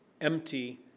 empty